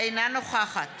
אינה נוכחת